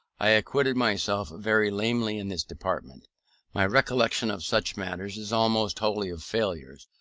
i acquitted myself very lamely in this department my recollection of such matters is almost wholly of failures,